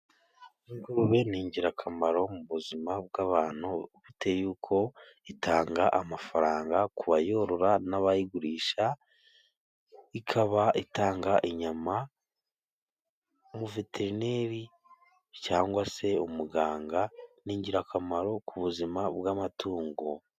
Ingurube ni ingirakamaro mu buzima bw'abantu bitewe n'uko itanga amafaranga ku bayorora n'abayigurisha, ikaba itanga inyama. Umuveterineri cyangwa se umuganga ni ingirakamaro ku buzima bw'amatungo.